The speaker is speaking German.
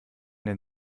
den